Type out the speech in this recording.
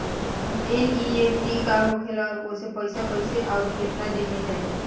NEFT का होखेला और ओसे पैसा कैसे आउर केतना दिन मे जायी?